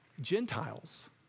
Gentiles